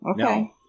Okay